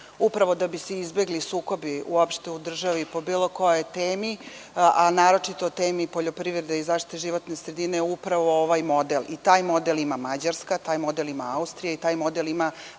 Upravo da bi se izbegli sukobi uopšte u državi po bilo kojoj temi, a naročito o temi poljoprivrede i zaštite životne sredine, upravo je ovaj model. Taj model imaju Mađarska, Austrija, Velika